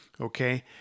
Okay